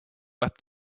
web